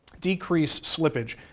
decrease slippage.